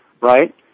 right